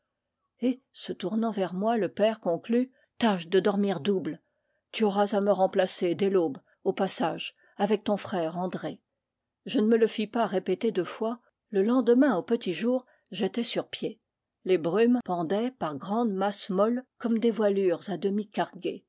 et se tournant vers moi le père conclut tâche de dormir double tu auras à me remplacer dès l'aube au passage avec ton frère andré je ne me le fis pas répéter deux fois le lendemain au petit jour j'étais sur pied les brumes pendaient par grandes masses molles comme des voilures à